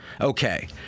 Okay